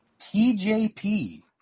TJP